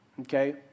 okay